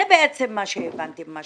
זה בעצם מה שהבנתי מדבריך